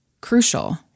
crucial